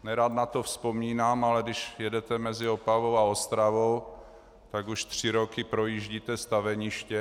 Nerad na to vzpomínám, ale když jedete mezi Opavou a Ostravou, tak už tři roky projíždíte staveništěm.